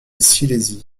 silésie